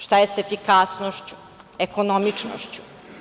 Šta je sa efikasnošću, ekonomičnošću?